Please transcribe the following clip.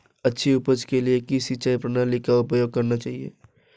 अच्छी उपज के लिए किस सिंचाई प्रणाली का उपयोग करना चाहिए?